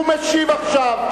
הוא משיב עכשיו.